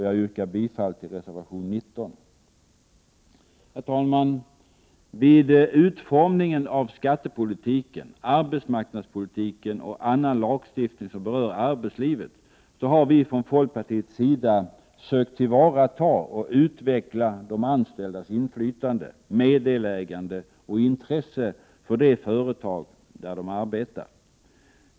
Jag yrkar bifall till reservation 19. Herr talman! Vid utformningen av skattepolitiken, arbetsmarknadspolitiken och annan lagstiftning som berör arbetslivet har vi från folkpartiets sida sökt tillvarata och utveckla de anställdas inflytande och meddelägande i och intresse för det företag där de arbetar.